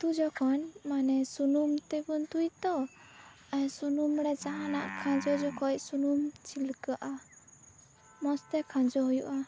ᱩᱛᱩ ᱡᱚᱠᱷᱚᱱ ᱱᱟᱢᱮ ᱥᱩᱱᱩᱢ ᱛᱮᱵᱚᱱ ᱩᱛᱩᱭᱟ ᱛᱳ ᱥᱩᱱᱩᱢ ᱨᱮ ᱡᱟᱦᱟᱱᱟᱜ ᱠᱷᱟᱡᱚ ᱡᱚᱠᱷᱚᱱ ᱥᱩᱱᱩᱢ ᱪᱷᱤᱞᱠᱟᱹᱜᱼᱟ ᱢᱚᱸᱡᱽ ᱛᱮ ᱠᱷᱟᱡᱚ ᱦᱩᱭᱩᱜᱼᱟ